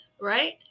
Right